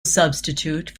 substitute